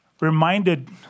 Reminded